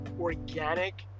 organic